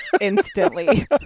instantly